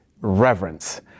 reverence